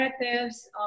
narratives